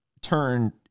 turn